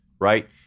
right